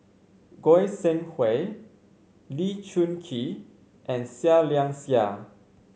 Goi Seng Hui Lee Choon Kee and Seah Liang Seah